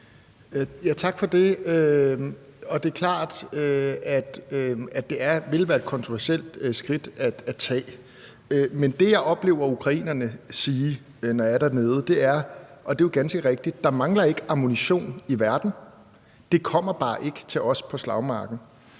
Tak for det. Det er klart, at det vil være et kontroversielt skridt at tage, men det, jeg oplever ukrainerne sige, når jeg er dernede – og det er jo ganske rigtigt – er: Der mangler ikke ammunition i verden, det kommer bare ikke til os på slagmarken.